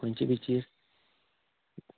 खंनच्या बिचीर